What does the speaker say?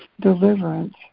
deliverance